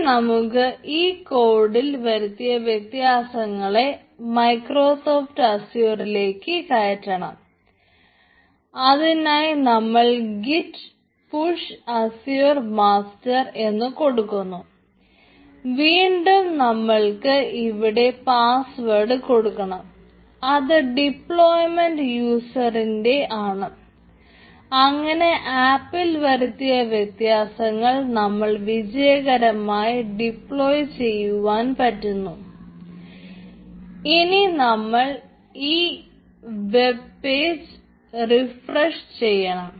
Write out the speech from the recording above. ഇനി നമുക്ക് ഈ കോഡിൽ ചെയ്യണം